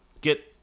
get